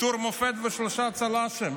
צל"שים.